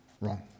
wrong